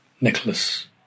Nicholas